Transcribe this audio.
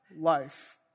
life